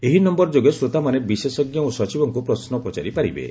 ଏହି ନମ୍ଘର ଯୋଗେ ଶ୍ରୋତାମାନେ ବିଶେଷଜ୍ଞ ଓ ସଚିବଙ୍କୁ ପ୍ରଶ୍ନ ପଚାରି ପାରିବେ